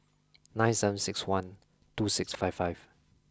nine seven six one two six five five